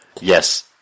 Yes